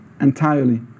entirely